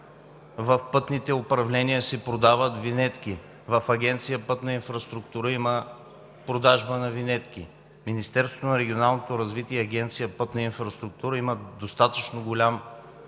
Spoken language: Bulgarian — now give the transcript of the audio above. В пътните управления се продават винетки. В Агенция „Пътна инфраструктура“ има продажба на винетки. Министерството на регионалното развитие и Агенция „Пътна инфраструктура“ имат достатъчно голям